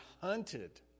hunted